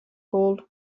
gold